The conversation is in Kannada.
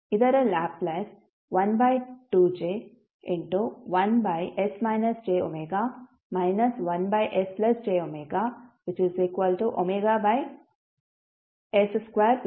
ಇದರ ಲ್ಯಾಪ್ಲೇಸ್ 12j1s jw 1sjwws2w2 ಆಗುತ್ತದೆ